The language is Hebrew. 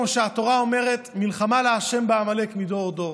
כמו שהתורה אומרת: "מלחמה לה' בעמלק מדור דור".